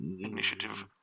initiative